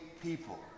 people